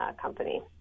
company